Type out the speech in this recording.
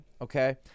okay